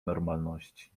normalności